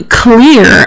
clear